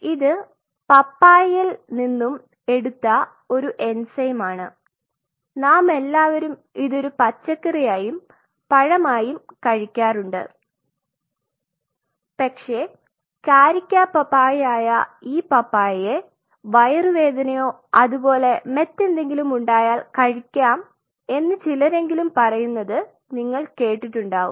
ഇത് പപ്പായയിൽ നിന്നും എടുത്ത ഒരു എൻസൈമാണ് നാമെല്ലാവരും ഇത് ഒരു പച്ചക്കറിയായും പഴമായും കഴിക്കാറുണ്ട് പക്ഷേ കാരിക്ക പപ്പായയായ ഈ പപ്പായയെ വയറുവേദനയോ അതുപോലെ മറ്റെന്തെങ്കിലും ഉണ്ടായാൽ കഴിക്കാം എന്ന് ചിലരെങ്കിലും പറയുന്നത് നിങ്ങൾ കേട്ടിട്ടുണ്ടാവും